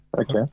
Okay